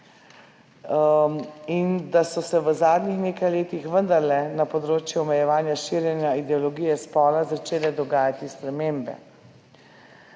in da so se v zadnjih nekaj letih vendarle na področju omejevanja širjenja ideologije spola začele dogajati spremembe.